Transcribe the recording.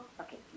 Okay